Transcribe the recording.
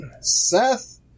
Seth